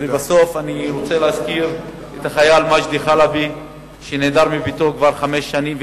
ולבסוף אני רוצה להזכיר את החייל מג'די חלבי שנעדר מביתו כבר חמש שנים.